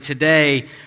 today